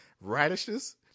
radishes